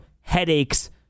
headaches